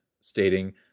stating